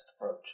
approach